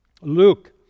Luke